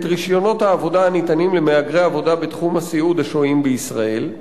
רשיונות העבודה הניתנים למהגרי עבודה בתחום הסיעוד השוהים בישראל.